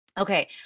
Okay